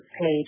page